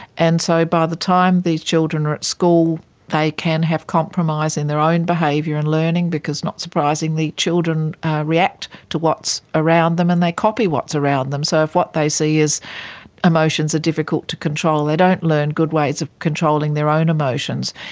and so by the time these children are at school they can have compromise in their own behaviour and learning because, not surprisingly, children react to around them and they copy what's around them, so if what they see is emotions are difficult to control, they don't learn good ways of controlling their own emotions.